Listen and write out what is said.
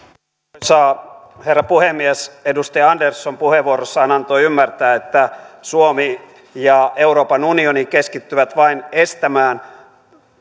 arvoisa herra puhemies edustaja andersson puheenvuorossaan antoi ymmärtää että suomi ja euroopan unioni keskittyvät vain estämään